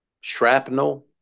shrapnel